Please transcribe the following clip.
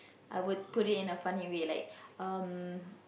I would put it in a funny way like um